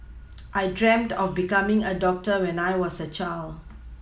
I dreamt of becoming a doctor when I was a child